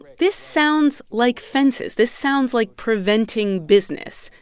but this sounds like fences. this sounds like preventing business.